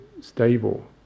stable